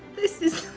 this is,